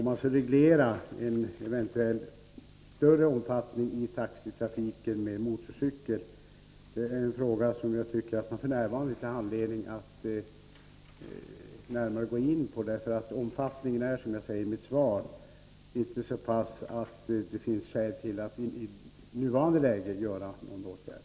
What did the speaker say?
Jag tycker inte att det finns anledning att f. n. gå in på det som Anita Modin tar upp, nämligen om man skall reglera taxitrafiken med motorcykel. Omfattningen är, som jag säger i mitt svar, inte så stor att det finns skäl att i nuvarande läge vidta någon åtgärd.